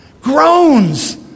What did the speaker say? groans